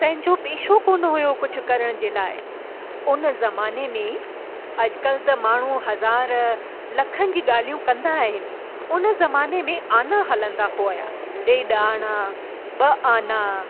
पंहिंजो पेशो कोन हुयो कुझु करण जे लाइ उन ज़माने में अॼु कल्ह त माण्हू हज़ार लखनि जी ॻाल्हियूं कंदा आहिनि उन ज़माने में आना हलंदा हुया ॾेढ आना ॿ आना